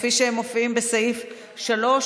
כפי שהן מופיעות בסעיף 3,